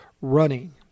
running